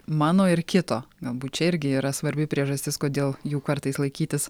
mano ir kito galbūt čia irgi yra svarbi priežastis kodėl jų kartais laikytis